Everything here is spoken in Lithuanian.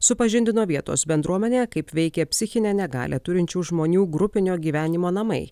supažindino vietos bendruomenę kaip veikia psichinę negalią turinčių žmonių grupinio gyvenimo namai